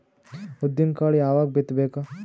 ಉದ್ದಿನಕಾಳು ಯಾವಾಗ ಬಿತ್ತು ಬೇಕು?